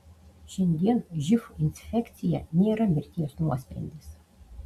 šiandien živ infekcija nėra mirties nuosprendis